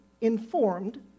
informed